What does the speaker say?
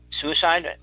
Suicide